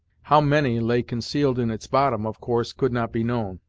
how many lay concealed in its bottom, of course could not be known.